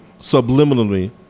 subliminally